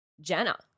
Jenna